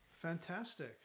fantastic